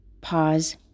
Pause